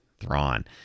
Thrawn